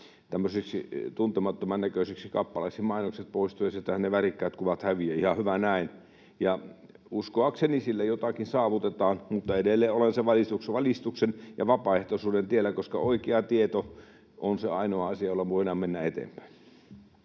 tämmöisiksi tunnistamattoman näköisiksi kappaleiksi: mainokset poistuvat, ja sieltähän ne värikkäät kuvat häviävät. Ihan hyvä näin, uskoakseni sillä jotakin saavutetaan. Mutta edelleen olen valistuksen ja vapaaehtoisuuden tiellä, koska oikea tieto on se ainoa asia, jolla voidaan mennä eteenpäin.